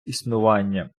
існування